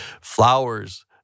flowers